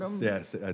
Yes